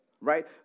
Right